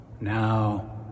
Now